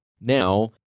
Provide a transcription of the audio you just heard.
now